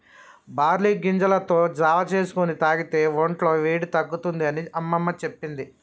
barley గింజలతో జావా చేసుకొని తాగితే వొంట్ల వేడి తగ్గుతుంది అని అమ్మమ్మ చెప్పేది